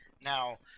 now